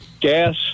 gas